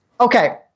Okay